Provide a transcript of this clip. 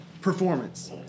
performance